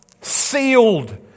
sealed